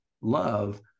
love